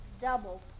Double